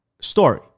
story